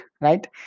right